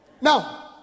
Now